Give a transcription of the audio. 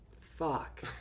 fuck